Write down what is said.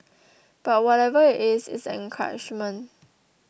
but whatever it is it's an encouragement